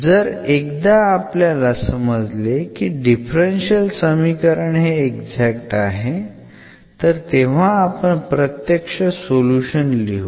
जर एकदा आपल्याला समजले की डिफरन्शियल समीकरण हे एक्झॅक्ट आहे तर तेव्हा आपण प्रत्यक्ष सोल्युशन लिहू